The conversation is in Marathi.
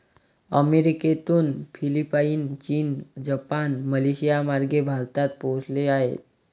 अमेरिकेतून फिलिपाईन, चीन, जपान, मलेशियामार्गे भारतात पोहोचले आहे